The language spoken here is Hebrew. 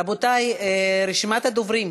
רבותי, רשימת הדוברים.